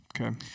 Okay